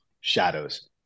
shadows